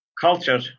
Culture